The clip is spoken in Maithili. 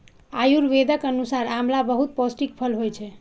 आयुर्वेदक अनुसार आंवला बहुत पौष्टिक फल होइ छै